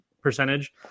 percentage